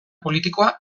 politikoa